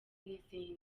n’izindi